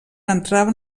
entraven